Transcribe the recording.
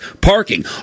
parking